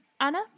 Anna